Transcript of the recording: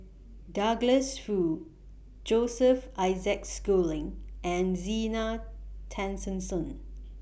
Douglas Foo Joseph Isaac Schooling and Zena Tessensohn